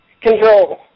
control